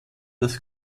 das